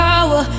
Power